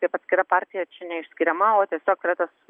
kaip atskira partija čia neišskiriama o tieisog yra tas